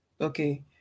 okay